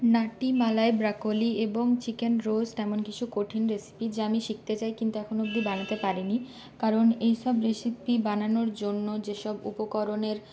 নাটি malai broccoli এবং chicken roast এমন কিছু কঠিন রেসিপি যা আমি শিখতে চাই কিন্তু এখনও অবধি বানাতে পারিনি কারণ এইসব রেসিপি বানানোর জন্য যেসব উপকরণের